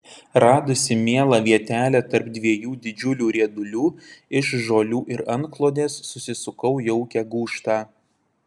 radusi mielą vietelę tarp dviejų didžiulių riedulių iš žolių ir antklodės susisukau jaukią gūžtą